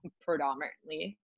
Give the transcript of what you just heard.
predominantly